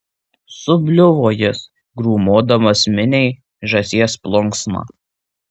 subliuvo jis grūmodamas miniai žąsies plunksna